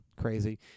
crazy